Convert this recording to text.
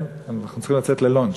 אנחנו צריכים לצאת ללאנץ'.